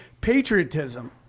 patriotism